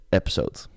episode